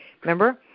remember